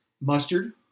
mustard